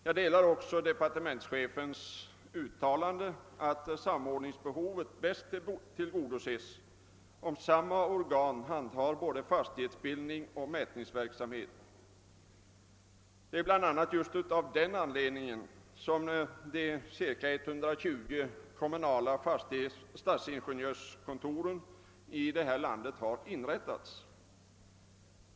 Jag delar också den av departementschefen uttalade uppfattningen att samordningsbehovet bäst tillgodoses, om samma organ handhar både fastighetsbildning och mätningsverksamhet. Det är bl.a. just av denna anledning, som de ca 120 kommunala stadsingenjörskontoren i vårt land har inrättats.